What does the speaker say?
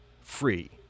free